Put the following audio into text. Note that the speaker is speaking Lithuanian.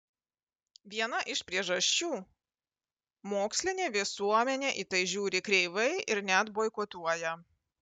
viena iš priežasčių mokslinė visuomenė į tai žiūri kreivai ir net boikotuoja